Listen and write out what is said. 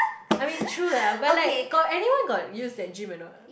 I mean true lah but like got anyone got use that gym or not